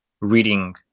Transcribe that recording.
reading